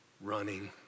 running